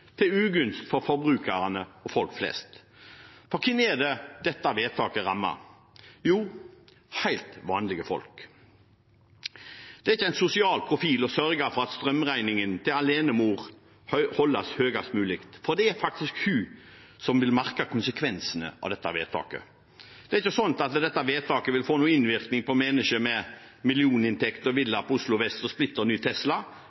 forbrukerne og folk flest. For hvem er det dette vedtaket rammer? Jo, helt vanlige folk. Det er ikke en sosial profil å sørge for at strømregningen til en alenemor holdes høyest mulig, for det er faktisk hun som vil merke konsekvensene av dette vedtaket. Det er ikke sånn at dette vedtaket vil få noen innvirkning på mennesker med millioninntekt, villa på Oslo vest og splitter ny Tesla,